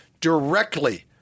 directly